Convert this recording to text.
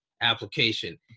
application